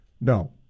No